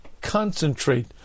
concentrate